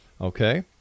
okay